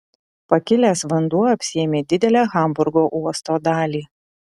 pakilęs vanduo apsėmė didelę hamburgo uosto dalį